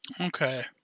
Okay